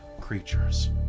creatures